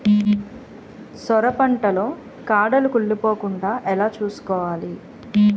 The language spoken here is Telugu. సొర పంట లో కాడలు కుళ్ళి పోకుండా ఎలా చూసుకోవాలి?